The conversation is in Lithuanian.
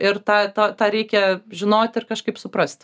ir tą tą tą reikia žinoti ir kažkaip suprasti